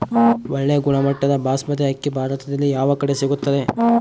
ಒಳ್ಳೆ ಗುಣಮಟ್ಟದ ಬಾಸ್ಮತಿ ಅಕ್ಕಿ ಭಾರತದಲ್ಲಿ ಯಾವ ಕಡೆ ಸಿಗುತ್ತದೆ?